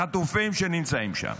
לחטופים שנמצאים שם,